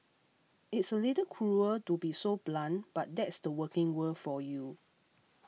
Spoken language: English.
it's a little cruel to be so blunt but that's the working world for you